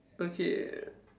okay